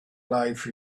life